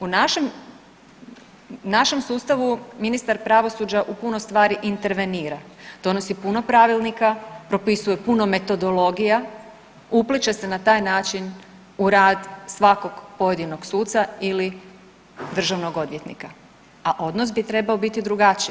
U našem, našem sustavu ministar pravosuđa u puno stvari intervenira, donosi puno pravilnika, propisuje puno metodologija, upliće se na taj način u rad svakog pojedinog suca ili državnog odvjetnika, a odnos bi trebao biti drugačiji.